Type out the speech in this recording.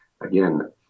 again